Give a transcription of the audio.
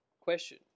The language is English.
question